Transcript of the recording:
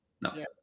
No